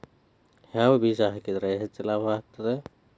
ಯಾವ ಬೇಜ ಹಾಕಿದ್ರ ಹೆಚ್ಚ ಲಾಭ ಆಗುತ್ತದೆ?